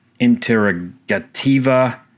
Interrogativa